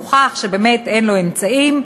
שמוכח שבאמת אין לו אמצעים,